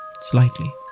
slightly